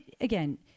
Again